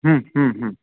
हं हं हं